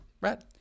right